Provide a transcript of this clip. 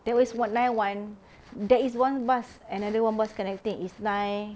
that one is one nine one there is one bus another one bus can I take is nine